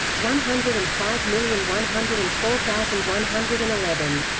one hundred and five million one hundred and four thousand one hundred and eleven